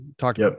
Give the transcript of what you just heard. talk